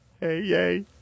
Hey